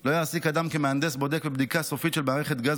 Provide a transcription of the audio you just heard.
לא יעסיק אדם כמהנדס בודק בבדיקה סופית של מערכת גז